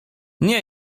nie